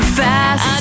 fast